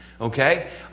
Okay